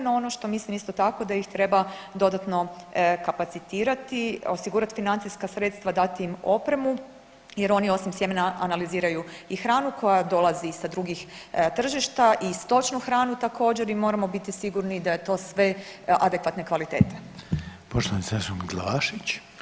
No, ono što mislim isto tako da ih treba dodatno kapacitirati, osigurati financijska sredstva, dati im opremu jer oni osim sjemena analiziraju i hranu koja dolazi i sa drugih tržišta i stočnu hranu također i moramo biti sigurni da je to sve adekvatne kvalitete.